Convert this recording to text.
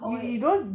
hold it